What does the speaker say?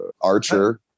archer